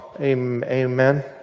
Amen